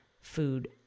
food